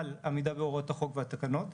על עמידה והוראות החוק והתקנות.